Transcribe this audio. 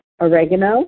oregano